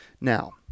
Now